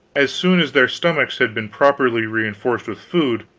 as soon as their stomachs had been properly reinforced with food,